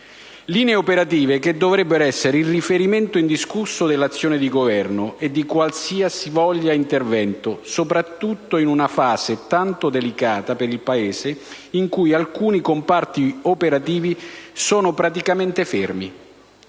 linee operative che dovrebbero essere il riferimento indiscusso dell'azione di Governo e di qualsivoglia intervento, soprattutto in una fase tanto delicata per il Paese in cui alcuni comparti operativi sono praticamente fermi.